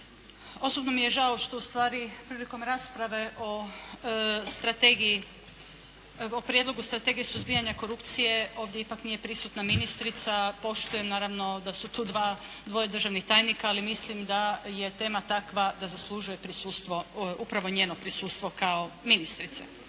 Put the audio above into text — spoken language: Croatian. Osobno mi je žao ustvari prilikom rasprave o strategiji, o Prijedlogu strategije suzbijanja korupcije ovdje ipak nije prisutna ministrica. Poštujem naravno da su tu dva, dvoje državnih tajnika ali mislim da je tema takva da zaslužuje prisustvo upravo njeno prisustvo kao ministrice.